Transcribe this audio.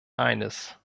eines